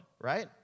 right